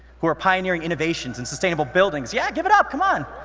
who are pioneering innovations in sustainable buildings. yeah, give it up, come on!